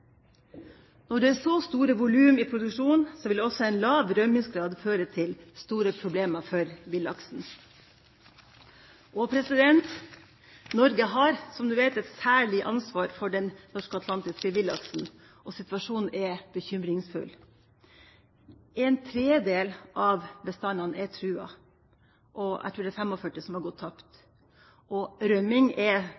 Når det er så store volum i produksjonen, vil også en lav rømningsgrad føre til store problemer for villaksen. Norge har, som vi vet, et særlig ansvar for den norsk-atlantiske villaksen, og situasjonen er bekymringsfull. En tredjedel av bestandene er truet, og jeg tror det er 45 som har gått tapt.